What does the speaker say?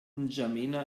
n’djamena